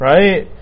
Right